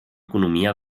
economia